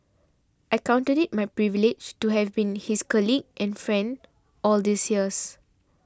I counted it my privilege to have been his colleague and friend all these years